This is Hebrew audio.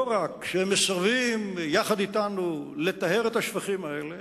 לא רק שהם מסרבים לטהר יחד אתנו את השפכים האלה,